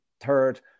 third